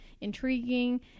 intriguing